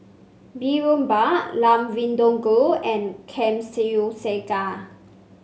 Boribap Lamb Vindaloo and